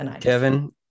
Kevin